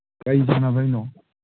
ꯀꯩ ꯁꯥꯟꯅꯕꯩꯅꯣ